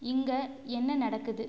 இங்கே என்ன நடக்குது